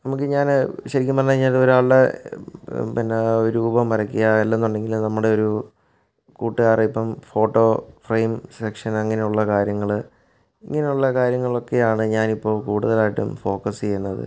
നമുക്ക് ഞാൻ ശരിക്കും പറഞ്ഞുകഴിഞ്ഞാൽ ഒരാളുടെ പിന്നെ ഒരു രൂപം വരയ്ക്കുക അല്ലെന്നുണ്ടെങ്കിൽ നമ്മുടെ ഒരു കൂട്ടുകാരൻ ഇപ്പം ഫോട്ടോ ഫ്രെയിം സെക്ഷൻ അങ്ങനെയുള്ള കാര്യങ്ങൾ ഇങ്ങനെയുള്ള കാര്യങ്ങളൊക്കെയാണ് ഞാനിപ്പോൾ കൂടുതലായിട്ടും ഫോക്കസ് ചെയ്യുന്നത്